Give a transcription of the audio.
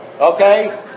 okay